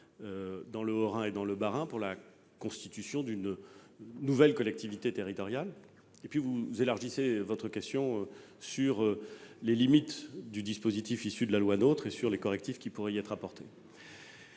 du Haut-Rhin et du Bas-Rhin pour la constitution d'une nouvelle collectivité territoriale. Vous l'élargissez, ensuite, pour évoquer les limites du dispositif issu de la loi NOTRe et les correctifs qui pourraient y être apportés.